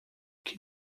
que